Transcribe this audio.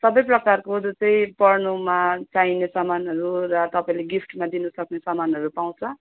सबै प्रकारको जो चाहिँ पढ्नुमा चाहिने सामानहरू र तपाईँले गिफ्टमा दिनुसक्ने सामानहरू पाउँछ